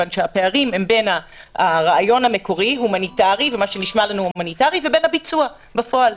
הפערים הם בין הרעיון המקורי של הומניטארי לבין הביצוע בפועל.